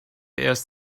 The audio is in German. erst